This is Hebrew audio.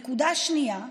נקודה שנייה,